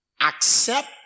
accept